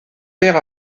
perd